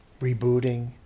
rebooting